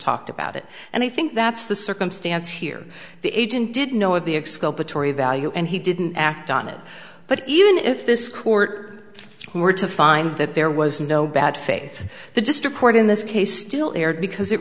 talked about it and i think that's the circumstance here the agent didn't know what the exculpatory value and he didn't act on it but even if this court were to find that there was no bad faith the district court in this case still erred because it